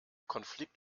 konflikt